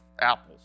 apples